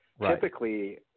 typically